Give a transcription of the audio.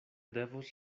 devos